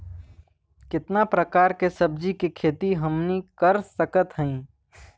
कितना प्रकार के सब्जी के खेती हमनी कर सकत हई?